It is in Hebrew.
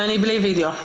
אני בלי וידאו.